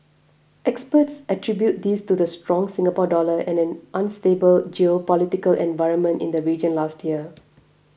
experts attribute this to the strong Singapore Dollar and an unstable geopolitical environment in the region last year